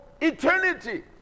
eternity